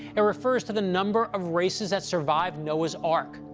it refers to the number of races that survived noah's ark.